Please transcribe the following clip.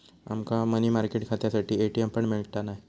आमका money market खात्यासाठी ATM पण मिळता काय?